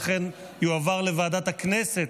ולכן זה יועבר לוועדת הכנסת,